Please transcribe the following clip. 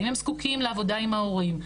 האם הם זקוקים לעבודה עם ההורים.